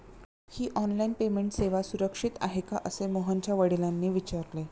ही online payment सेवा सुरक्षित आहे का असे मोहनच्या वडिलांनी विचारले